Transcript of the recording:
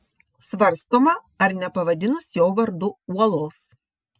svarstoma ar nepavadinus jo vardu uolos